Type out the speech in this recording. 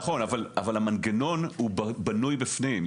נכון, אבל המנגנון בנוי בפנים.